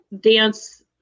dance